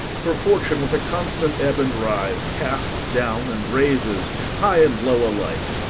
for fortune with a constant ebb and rise casts down and raises high and low alike,